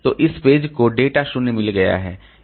तो इस पेज को डेटा 0 मिल गया है